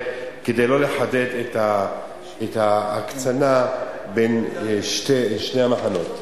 כדי לא לחדד את ההקצנה בין שני המחנות.